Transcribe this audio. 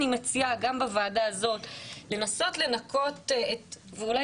אני מציעה גם בוועדה הזאת לנסות לנקות ואולי